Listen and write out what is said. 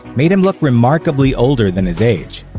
made him look remarkably older than his age.